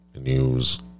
news